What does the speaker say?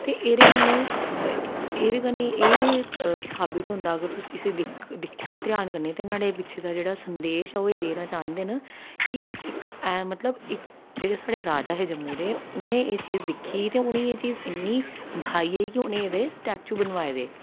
ते एह्दे कन्नै एह्दे कन्नै एह् साबित होंदा अगर तुस इसी दिक्खो ध्यान कन्नै ते नुहाड़े पिच्छें दा जेह्ड़े संदेश ऐ ओह् एह् देना चांह्दे न कि इक ऐ मतलब इक जेह्ड़े साढ़े राजा हे साढ़े जम्मू दे उ'नें एह् चीज दिक्खी ते उ'नेंगी एह् चीज इन्नी बहाई गेई कि उ'नें एह्दे स्टैचू बनवाए दे